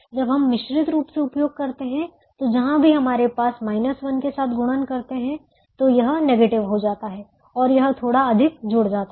जब हम मिश्रित रूप से उपयोग करते हैं तो जहां भी हमारे पास 1 के साथ गुणन करते हैं तो यह नेगेटिव हो जाता है और यह थोड़ा अधिक जुड़ जाता है